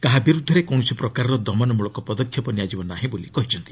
କାହା ବିର୍ଦ୍ଧରେ କୌଣସି ପ୍ରକାର ଦମନମଳକ ପଦକ୍ଷେପ ନିଆଯିବ ନାହିଁ ବୋଲି କହିଛନ୍ତି